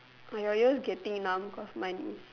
are your ears getting numb cause mine is